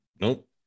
Nope